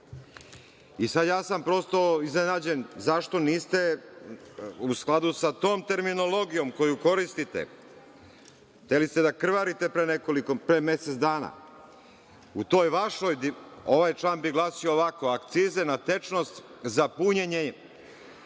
sam ja prosto iznenađen zašto niste u skladu sa tom terminologijom koju koristite. Hteli ste da krvarite pre mesec dana. U toj vašoj, ovaj član bi glasio ovako – akcize na tečnost za punjenje